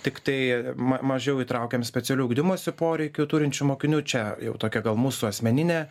tiktai ma mažiau įtraukiam specialių ugdymosi poreikių turinčių mokinių čia jau tokia gal mūsų asmeninė